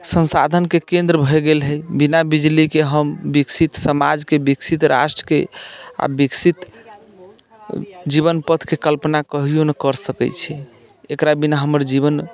संसाधनके केन्द्र भए गेल है बिना बिजलीके हम विकसित समाजके विकसित राष्ट्रके आ विकसित जीवन पथके कल्पना कहियौ न कर सकै छी एकरा बिना हमर जीवन